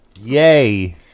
Yay